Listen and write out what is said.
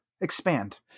expand